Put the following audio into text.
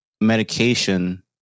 medication